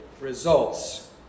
results